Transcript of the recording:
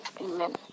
amen